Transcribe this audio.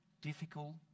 difficult